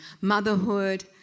motherhood